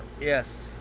Yes